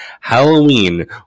Halloween